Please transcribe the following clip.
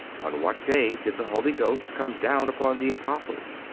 on what day did the holy ghost come down upon the apostles?